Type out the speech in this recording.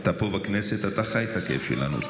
אתה פה בכנסת, אתה חי את הכאב שלנו.